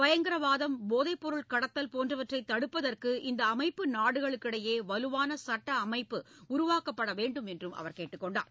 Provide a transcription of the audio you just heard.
பயங்கரவாதம் போதைப்பொருள் கடத்தல் போன்றவற்றை தடுப்பதற்கு இந்த அமைப்பு நாடுகளுக்கிடையே வலுவான சட்ட அமைப்பு உருவாக்கப்பட வேண்டும் என்றும் அவர் கேட்டுக்கொண்டார்